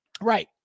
right